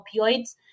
opioids